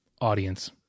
audience